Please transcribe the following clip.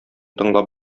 тыңлап